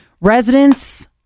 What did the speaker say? Residents